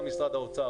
גם של משרד האוצר,